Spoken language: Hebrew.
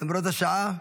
למרות השעה?